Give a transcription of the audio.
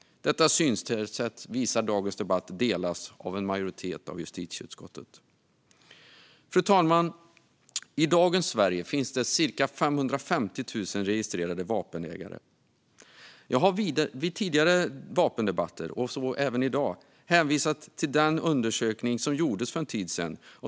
Det är ett synsätt som delas av en majoritet i justitieutskottet, vilket dagens debatt visar. Fru talman! I dagens Sverige finns cirka 550 000 registrerade vapenägare. Jag har vid tidigare vapendebatter hänvisat, och gör så även i dag, till en undersökning som gjordes för en tid sedan.